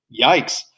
Yikes